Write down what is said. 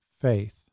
faith